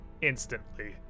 instantly